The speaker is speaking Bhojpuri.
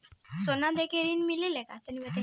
सोना देके ऋण मिलेला का?